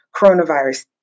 coronavirus